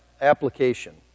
application